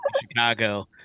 Chicago